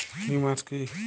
Humus কি?